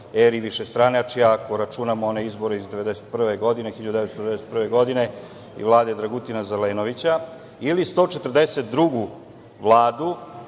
eri višestranačja, ako računamo one izbore iz 1991. godine i Vlade Dragutina Zelenovića ili 142. Vladu,